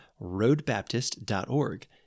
roadbaptist.org